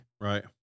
Right